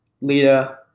Lita